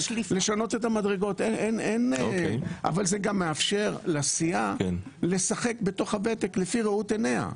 אבל זה גם מאפשר לסיעה לשחק בתוך הוותק לפי ראות עיניה.